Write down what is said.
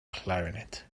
clarinet